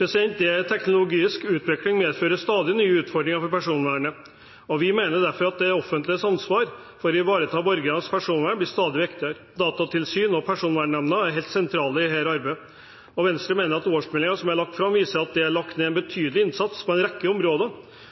Den teknologiske utviklingen medfører stadig nye utfordringer for personvernet, og Venstre mener derfor at det offentliges ansvar for å ivareta borgernes personvern blir stadig viktigere. Datatilsynet og Personvernnemnda er helt sentrale i dette arbeidet, og Venstre mener årsmeldingene som er lagt fram, viser at det er lagt ned en betydelig innsats på en rekke områder.